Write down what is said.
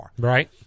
right